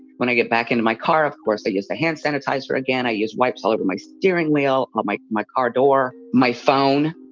when i get back into my car, of course, i use the hand sanitizer again. i use wipes all over my steering wheel, ah my my car door, my phone.